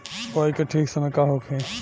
बुआई के ठीक समय का होखे?